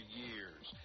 years